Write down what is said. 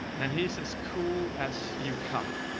and he's as cool as you come